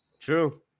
True